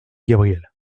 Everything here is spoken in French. gabriel